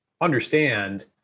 understand